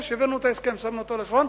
הבאנו את ההסכם, שמנו אותו על השולחן.